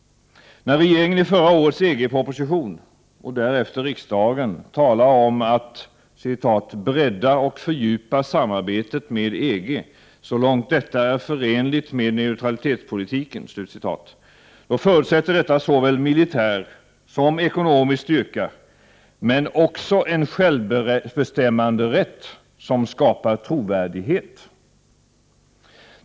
När regeringen i förra årets EG-proposition — och därefter riksdagen — talar om att ”bredda och fördjupa samarbetet med EG så långt detta är förenligt med neutralitetspolitiken”, då förutsätter detta såväl militär som ekonomisk styrka men också en självbestämmanderätt som skapar trovärdighet.